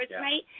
right